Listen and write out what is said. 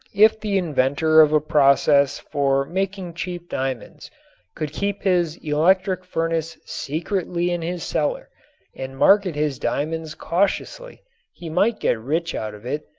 if the inventor of a process for making cheap diamonds could keep his electric furnace secretly in his cellar and market his diamonds cautiously he might get rich out of it,